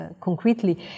concretely